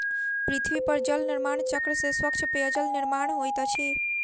पृथ्वी पर जल निर्माण चक्र से स्वच्छ पेयजलक निर्माण होइत अछि